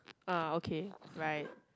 ah okay right